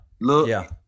Look